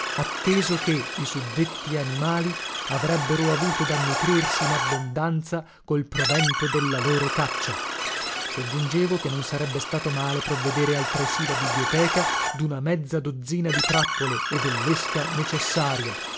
atteso che i suddetti animali avrebbero avuto da nutrirsi in abbondanza col provento della loro caccia soggiungevo che non sarebbe stato male provvedere altresì la biblioteca duna mezza dozzina di trappole e dellesca necessaria